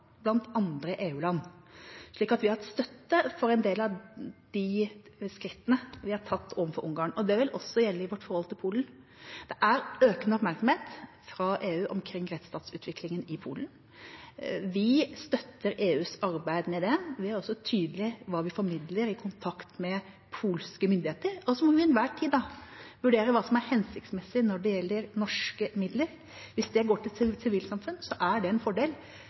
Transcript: en del av de skrittene vi har tatt overfor Ungarn. Det vil også gjelde i vårt forhold til Polen. Det er økende oppmerksomhet fra EU omkring rettsstatsutviklingen i Polen. Vi støtter EUs arbeid med det. Vi er også tydelige i hva vi formidler i kontakt med polske myndigheter. Så må vi til enhver tid vurdere hva som er hensiktsmessig når det gjelder norske midler. Hvis det går til sivilt samfunn, er det en fordel